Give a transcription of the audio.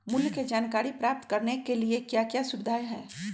मूल्य के जानकारी प्राप्त करने के लिए क्या क्या सुविधाएं है?